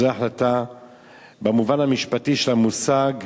זו החלטה במובן המשפטי של המושג.